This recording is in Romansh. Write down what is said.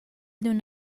nun